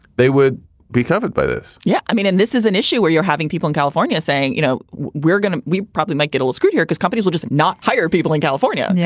they would be covered by this yeah. i mean, and this is an issue where you're having people in california saying, you know, we're gonna we probably might get all screwed here because companies would just not hire people in california. and yeah